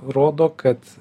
rodo kad